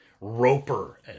roper